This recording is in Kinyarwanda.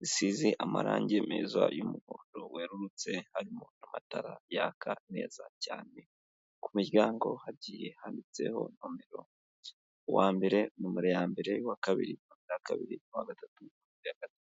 zisize amarangi meza y'umuhondo wererutse arimo amatara yaka neza cyane, ku muryango hagiye handitseho nomero uwa mbere numero ya mbere uwa kabiri kabiri uwa gatatu nimero ya gatatu.